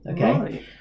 okay